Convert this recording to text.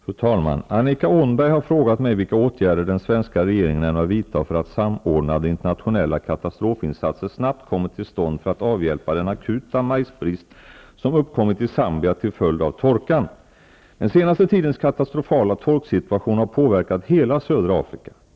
Fru talman! Annika Åhnberg har frågat mig vilka åtgärder den svenska rege ringen ämnar vidta för att samordnade internationella katastrofinsatser snabbt kommer till stånd för att avhjälpa den akuta majsbrist som uppkom mit i Zambia till följd av torkan. Den senaste tidens katastrofala torksituationen har påverkat hela södra Af rika.